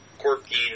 Quirky